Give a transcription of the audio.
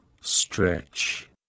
stretch